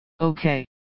Okay